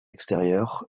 extérieurs